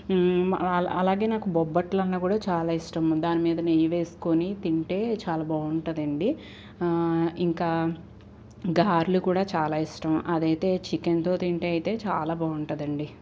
అలా అలాగే నాకు బొప్పట్లు అన్నా కూడా చాలా బాగా ఇష్టము దాని మీద నెయ్యి వేసుకుని తింటే చాలా బాగుంటాదండి ఇంకా గారెలు కూడా చాలా ఇష్టం ఏదైతే చికెన్తో తింటే అయితే చాలా బాగుంటాదండి